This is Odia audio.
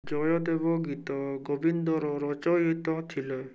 ଜୟଦେବ ଗୀତ ଗୋବିନ୍ଦର ରଚୟିତା ଥିଲେ